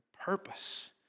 purpose